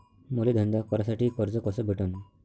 मले धंदा करासाठी कर्ज कस भेटन?